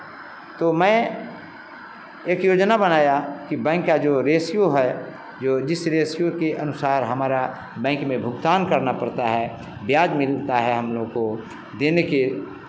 तो मैं एक योजना बनाया कि बैंक का जो रेसियो है जो जिस रेसियो के अनुसार हमारा बैंक में भुगतान करना पड़ता है ब्याज मिलता है हम लोग को देने के